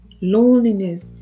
Loneliness